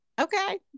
Okay